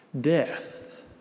Death